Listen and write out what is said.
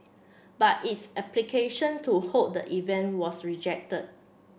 but its application to hold the event was reject